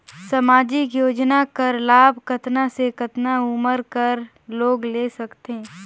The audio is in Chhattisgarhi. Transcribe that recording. समाजिक योजना कर लाभ कतना से कतना उमर कर लोग ले सकथे?